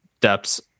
depths